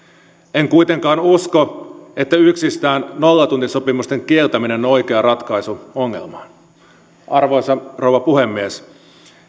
en kuitenkaan usko että yksistään nollatuntisopimusten kieltäminen on on oikea ratkaisu ongelmaan arvoisa rouva puhemies